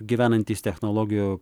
gyvenantys technologijų